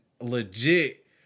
legit